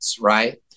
right